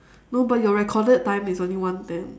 no but your recorded time is only one ten